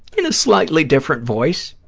in a slightly different voice,